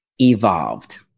evolved